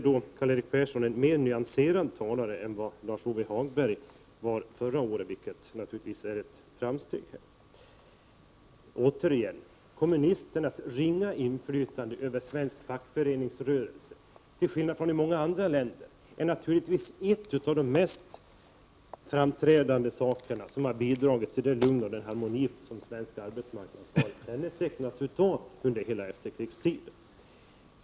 Men Karl-Erik Persson är en mer nyanserad talare än Lars-Ove Hagberg var förra året, vilket naturligtvis är ett framsteg. Återigen: Kommunisternas ringa inflytande över svensk fackföreningsrörelse, till skillnad från i många andra länder, är givetvis en av de mest framträdande omständigheter som har bidragit till det lugn och den harmoni som den svenska arbetsmarknaden har kännetecknats av under hela efterkrigstiden.